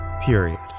period